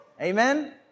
Amen